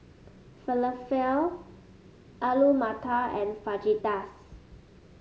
Falafel Alu Matar and Fajitas